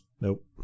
Nope